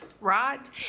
right